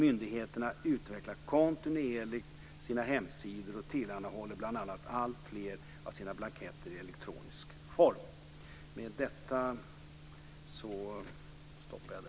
Myndigheterna utvecklar kontinuerligt sina hemsidor och tillhandahåller bl.a. alltfler av sina blanketter i elektronisk form.